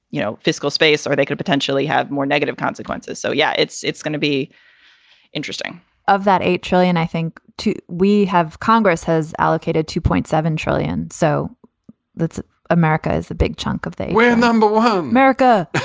you know, fiscal space or they could potentially have more negative consequences. so, yeah, it's it's gonna be interesting of that eight trillion i think, too we have congress has allocated two point seven trillion. so that's america is a big chunk of that. we're number one, america.